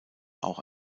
auch